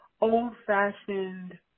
old-fashioned